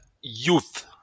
youth